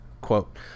quote